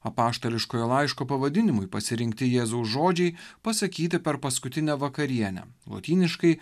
apaštališkojo laiško pavadinimui pasirinkti jėzaus žodžiai pasakyti per paskutinę vakarienę lotyniškai